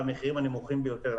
למחירים בנמוכים ביותר,